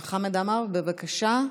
עמאר, בבקשה.